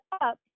up